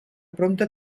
prompte